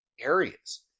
areas